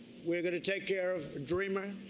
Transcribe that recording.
we're going to take care of dreamers.